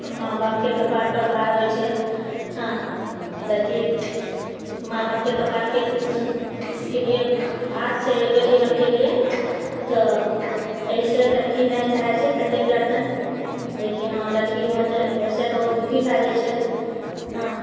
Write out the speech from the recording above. माँ बापके कपार पर भार होइत छै हँ लड़की माँ बापके कपार अथिके लिए भारछै जीवनके लिए तऽ अहिसँ लड़की नहि चाहैत छै कतेक गार्जियन जेकि हँ लड़की होने होएसँ बहुत दुखि भए जाइत छै हँ